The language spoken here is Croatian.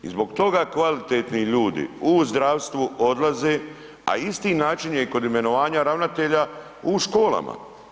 I zbog toga kvalitetni ljudi u zdravstvu odlaze, a isti način je i kod imenovanja ravnatelja u školama.